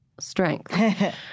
strength